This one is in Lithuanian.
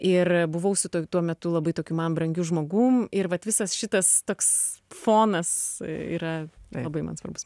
ir buvau su tokiu tuo metu labai tokiu man brangiu žmogum ir vat visas šitas toks fonas yra labai man svarbus